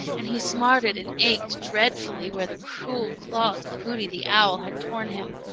and he smarted and ached dreadfully where the cruel claws of hooty the owl had torn him.